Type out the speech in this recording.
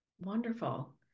Wonderful